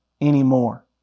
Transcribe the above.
anymore